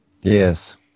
Yes